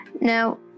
Now